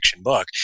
book